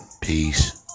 Peace